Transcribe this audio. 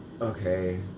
Okay